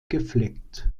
gefleckt